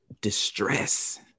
distress